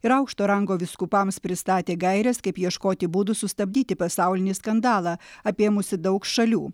ir aukšto rango vyskupams pristatė gaires kaip ieškoti būdų sustabdyti pasaulinį skandalą apėmusi daug šalių